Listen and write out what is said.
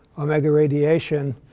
omega radiation,